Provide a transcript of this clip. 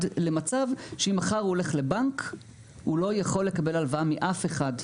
למצב שאם מחר הוא הולך לבנק הוא לא יכול לקבל הלוואה מאף אחד.